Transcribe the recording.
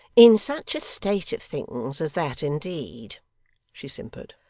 in such a state of things as that, indeed she simpered.